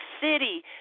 city